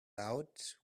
out